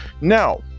now